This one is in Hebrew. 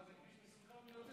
מה, זה כביש מסוכן ביותר.